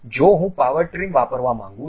જો હું power trim વાપરવા માંગું છું